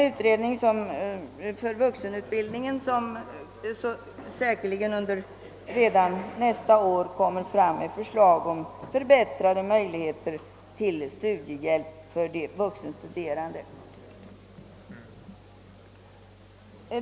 Utredningen om vuxenutbildningen kommer säkerligen redan nästa år med förslag om förbättrade möjligheter till studiebjälp för vuxenstuderande.